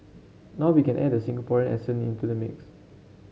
now we can add the Singaporean accent into the mix